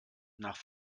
nach